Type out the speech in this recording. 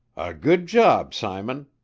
a good job, simon,